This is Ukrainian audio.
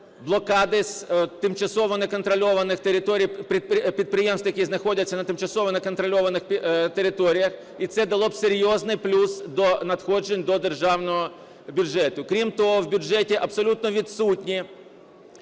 блокади з тимчасово неконтрольованих територій, підприємств, які знаходяться на тимчасово неконтрольованих територіях і дало б серйозний плюс до надходжень до державного бюджету. Крім того, в бюджеті абсолютно відсутні